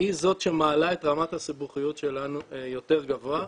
היא זאת שמעלה את רמת הסיבוכיות שלנו יותר גבוה וזו,